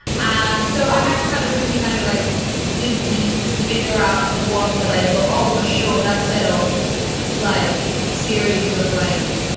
and so i had to kind of really kind of like dig deep to figure out the ones that i thought oh, for sure. that set off like series of like,